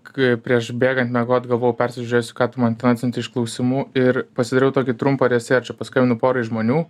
kai prieš bėgant miegot galvojau persižiūrėsiu ką tu man ten atsiuntei iš klausimų ir pasidariau tokį trumpą resėrčą paskambinau porai žmonių